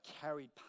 carried